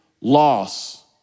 loss